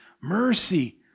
mercy